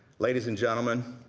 ladies and gentlemen,